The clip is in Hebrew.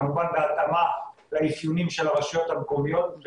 כמובן בהתאמה לאפיונים של הרשויות המקומיות.